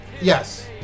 Yes